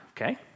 okay